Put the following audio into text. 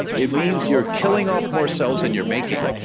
it means you're killing off more cells than you're making.